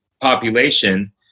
population